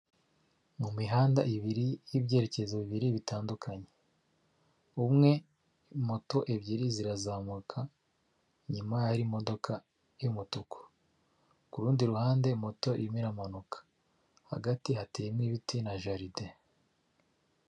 Mu mihanda ibiri y'ibyerekezo bibiri bitandukanye umwe moto ebyiri zirazamuka inyuma y'imodoka y'umutuku kurundi ruhande moto irimo iramanuka hagati hateyemo ibiti na jaride.